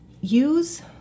use